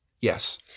Yes